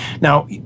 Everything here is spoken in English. Now